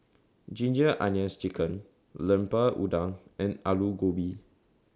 Ginger Onions Chicken Lemper Udang and Aloo Gobi